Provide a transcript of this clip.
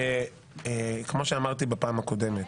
שכמו שאמרתי בפעם הקודמת: